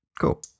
Cool